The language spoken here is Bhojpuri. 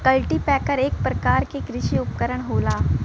कल्टीपैकर एक परकार के कृषि उपकरन होला